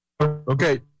Okay